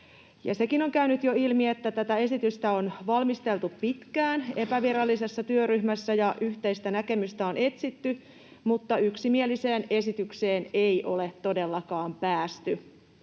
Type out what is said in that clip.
sekin on käynyt jo ilmi, että tätä esitystä on valmisteltu pitkään epävirallisessa työryhmässä ja yhteistä näkemystä on etsitty mutta yksimieliseen esitykseen ei ole todellakaan päästy.